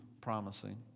promising